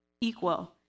equal